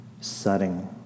setting